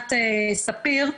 בתחנת ספיר,